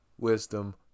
wisdom